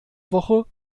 woche